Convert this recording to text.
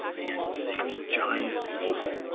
man, his name is giant robo.